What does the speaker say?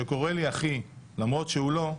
שקורא לי אחי למרות שהוא לא,